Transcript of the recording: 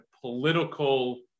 political